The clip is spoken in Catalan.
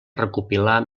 recopilar